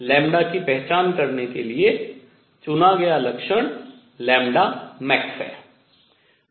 λ की पहचान करने के लिए चुना गया लक्षण max है